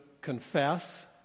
confess